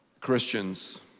Christians